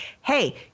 Hey